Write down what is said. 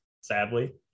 sadly